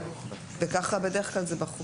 וככה בדרך כלל זה בחוקים.